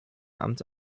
amt